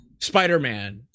Spider-Man